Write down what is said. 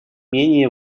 менее